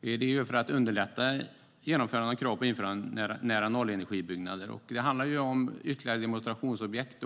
finns för att underlätta genomförandet av kravet på införandet av nära-nollenergibyggnader. Det handlar om ytterligare demonstrationsobjekt.